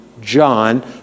John